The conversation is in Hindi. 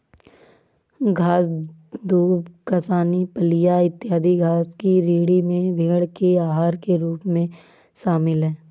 घास, दूब, कासनी, फलियाँ, इत्यादि घास की श्रेणी में भेंड़ के आहार के रूप में शामिल है